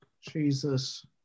Jesus